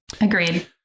Agreed